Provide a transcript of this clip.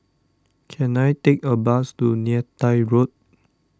can I take a bus to Neythai Road